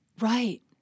Right